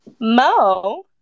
Mo